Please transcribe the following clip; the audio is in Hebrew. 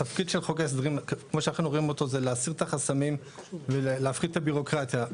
התפקיד של חוק ההסדרים זה להסיר את החסמים ולהפחית את הבירוקרטיה.